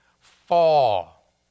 fall